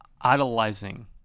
idolizing